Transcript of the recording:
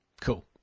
Cool